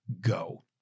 go